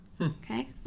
Okay